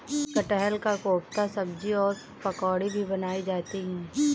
कटहल का कोफ्ता सब्जी और पकौड़ी भी बनाई जाती है